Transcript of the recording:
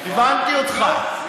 הבנתי אותך.